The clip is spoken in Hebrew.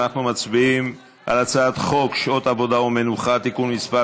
אנחנו מצביעים על הצעת חוק שעות עבודה ומנוחה (תיקון מס'